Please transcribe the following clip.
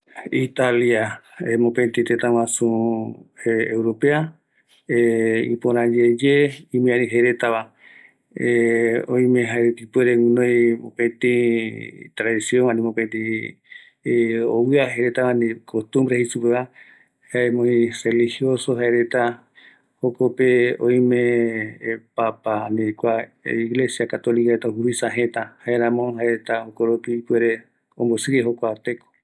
Italia möpëtï tetaguasu jërakua yae va, kuape yaikuava jaeko kua tëtäpe oïme catolicoreta juvisa vaticano jei supeva, kuarupi jerakua yeye